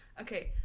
Okay